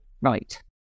right